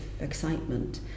excitement